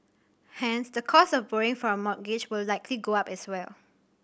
hence the cost of borrowing for a mortgage will likely go up as well